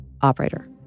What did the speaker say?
operator